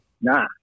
nah